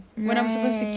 right